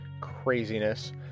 craziness